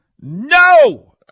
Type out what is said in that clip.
No